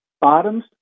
Bottoms